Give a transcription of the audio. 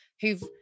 who've